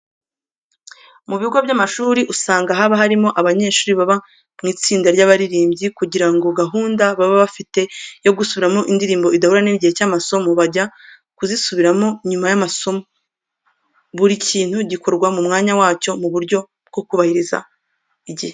Mu bigo by'amashuri usanga haba harimo abanyeshuri baba mu itsinda ry'abaririmbyi. Kugira ngo gahunda baba bafite yo gusubiramo indirimbo idahurirana n'igihe cy'amasomo, bajya kuzisubiramo nyuma y'amasomo, buri kintu kigakorwa mu mwanya wacyo, mu buryo bwo kubahiriza igihe.